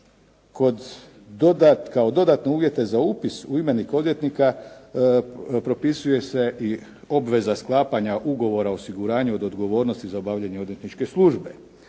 kao dodatne uvjete za upis u imenik odvjetnika propisuje se i obveza sklapanja ugovora o osiguranju od odgovornosti za obavljanje odvjetničke službe.